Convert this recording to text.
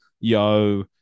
Yo